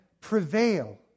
prevail